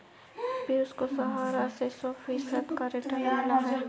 पियूष को सहारा से सौ फीसद का रिटर्न मिला है